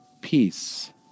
peace